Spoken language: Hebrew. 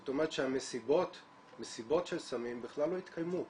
זאת אומרת שמסיבות סמים בכלל לא יתקיימו.